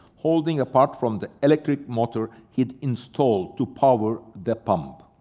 holding a pot from the electric motor he'd installed to power the pump.